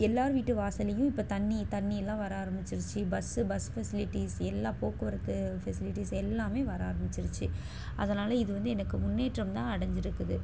எல்லார் வீட்டு வாசல்லேயும் இப்போ தண்ணி தண்ணி எல்லாம் வர ஆரமிச்சிருச்சு பஸ்ஸு பஸ் ஃபெசிலிட்டீஸ் எல்லா போக்குவரத்து ஃபெசிலிட்டீஸ் எல்லாமே வர ஆரமிச்சிருச்சு அதனால் இது வந்து எனக்கு முன்னேற்றம் தான் அடைஞ்சிருக்குது